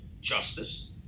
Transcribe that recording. justice